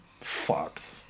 fucked